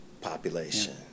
population